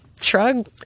shrug